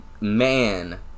man